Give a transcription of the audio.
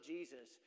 Jesus